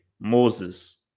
Moses